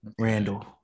Randall